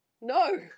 no